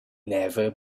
never